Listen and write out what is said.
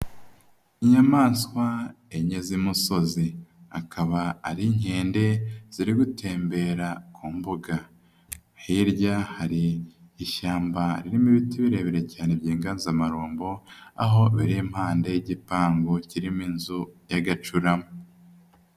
Inyamaswa enye z'imusozi akaba ari inkende ziri gutembera ku mbuga, hirya hari ishyamba ririmo ibiti birebire cyane by'inganzamarumbo aho biri impande y'igipangu kirimo inzu y'agacurama.